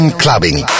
clubbing